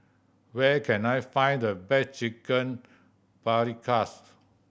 where can I find the best Chicken Paprikas